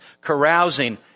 Carousing